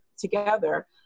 together